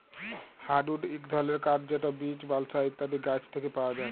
hardwood ইক ধরলের কাঠ যেট বীচ, বালসা ইত্যাদি গাহাচ থ্যাকে পাউয়া যায়